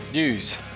News